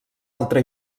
altra